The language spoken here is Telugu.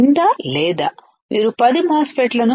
ఉందా లేదా మీరు పది మాస్ ఫెట్లను